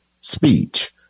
speech